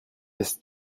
his